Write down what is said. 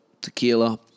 tequila